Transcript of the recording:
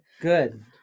Good